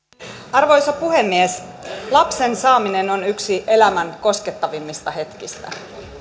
arvoisa puhemies lapsen saaminen on yksi elämän koskettavimmista hetkistä